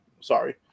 Sorry